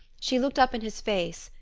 she looked up in his face,